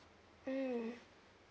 mm